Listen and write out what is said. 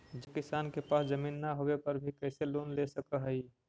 जे किसान के पास जमीन न होवे पर भी कैसे लोन ले सक हइ?